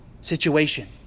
situation